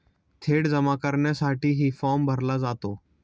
थेट जमा करण्यासाठीही फॉर्म भरला जातो